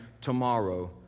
tomorrow